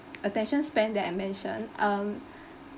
attention span that I mentioned um